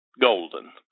golden